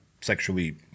sexually